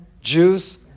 Jews